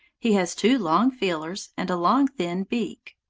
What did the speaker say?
he has two long feelers, and a long thin beak.